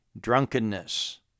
drunkenness